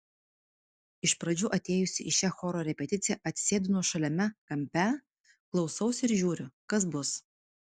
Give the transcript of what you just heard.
iš pradžių atėjusi į šią choro repeticiją atsisėdu nuošaliame kampe klausausi ir žiūriu kas bus